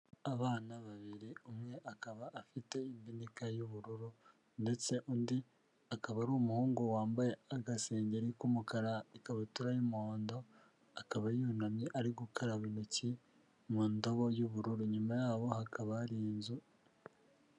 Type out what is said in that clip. Abana babiri, umwe akaba afite ibinika y'ubururu ndetse undi akaba ari umuhungu wambaye agasengeri k'umukara n'ikabutura y'umuhondo, akaba yunamye ari gukaraba intoki mu ndobo y'ubururu, inyuma yabo hakaba hari inzu.